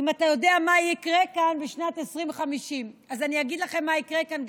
אם אתה יודע מה יקרה כאן בשנת 2050. אז אני אגיד לכם מה יקרה כאן,